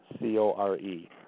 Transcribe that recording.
C-O-R-E